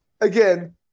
again